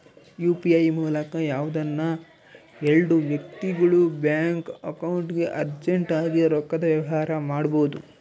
UPI ಮೂಲಕ ಯಾವ್ದನ ಎಲ್ಡು ವ್ಯಕ್ತಿಗುಳು ಬ್ಯಾಂಕ್ ಅಕೌಂಟ್ಗೆ ಅರ್ಜೆಂಟ್ ಆಗಿ ರೊಕ್ಕದ ವ್ಯವಹಾರ ಮಾಡ್ಬೋದು